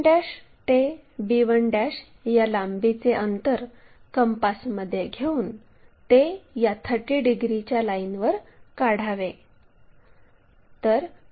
a1 ते b1 या लांबीचे अंतर कंपासमध्ये घेऊन ते या 30 डिग्रीच्या लाईनवर काढावे